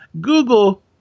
Google